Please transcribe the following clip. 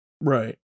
right